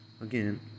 again